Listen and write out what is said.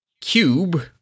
cube